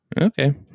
Okay